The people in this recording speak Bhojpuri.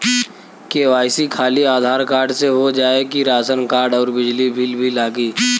के.वाइ.सी खाली आधार कार्ड से हो जाए कि राशन कार्ड अउर बिजली बिल भी लगी?